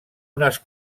unes